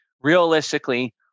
realistically